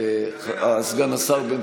והביטחון